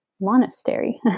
monastery